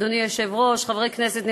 אדוני היושב-ראש, חברי כנסת נכבדים,